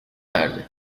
erdi